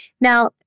now